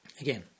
again